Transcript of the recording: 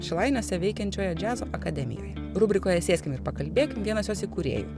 šilainiuose veikiančioje džiazo akademijoje rubrikoje sėskim ir pakalbėkim vienas jos įkūrėjų